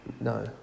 No